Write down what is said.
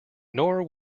nor